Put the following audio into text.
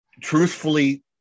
Truthfully